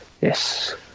yes